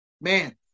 Man